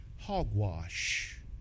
Hogwash